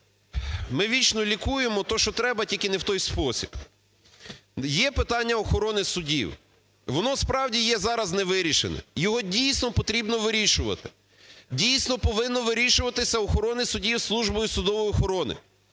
ми вічно лікуємо то, що треба, тільки не в той спосіб. Є питання охорони суддів, воно справді є зараз не вирішене, його дійсно потрібно вирішувати, дійсно повинно вирішуватися охорони суддів Службою судової охорони.